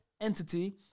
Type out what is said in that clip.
entity